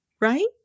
right